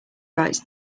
writes